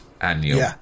annual